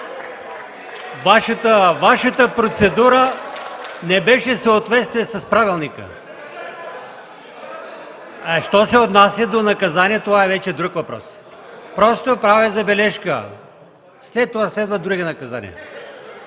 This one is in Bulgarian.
Вашата процедура не беше в съответствие с правилника. (Реплики от ГЕРБ.) Що се отнася до наказание, това е вече друг въпрос. Просто правя забележка, след това следват други наказания.